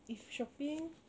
if shopping